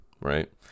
right